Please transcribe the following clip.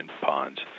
ponds